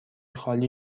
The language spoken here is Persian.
خالی